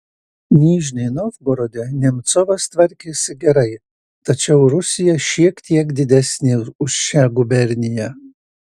nižnij novgorode nemcovas tvarkėsi gerai tačiau rusija šiek tiek didesnė už šią guberniją